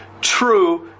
true